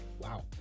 wow